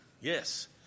yes